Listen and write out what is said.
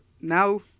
now